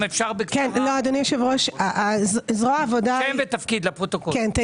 אם יכולו כל הקיצים ונצטרך לתת מענה